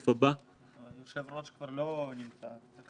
היושב-ראש כבר לא נמצא.